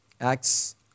Acts